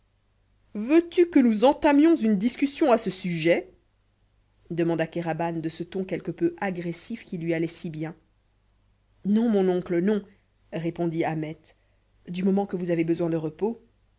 veux-tu que nous entamions une discussion à ce sujet demanda kéraban de ce ton quelque peu agressif qui lui allait si bien non mon oncle non répondit ahmet du moment que vous avez besoin de repos